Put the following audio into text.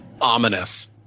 ominous